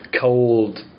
cold